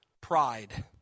pride